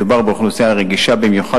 מדובר באוכלוסייה רגישה במיוחד,